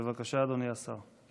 בבקשה, אדוני השר.